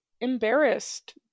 embarrassed